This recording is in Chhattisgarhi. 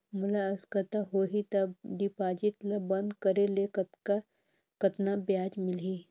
मोला आवश्यकता होही त डिपॉजिट ल बंद करे ले कतना ब्याज मिलही?